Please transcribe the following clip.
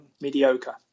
mediocre